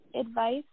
advice